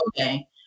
okay